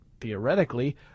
theoretically